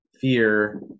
fear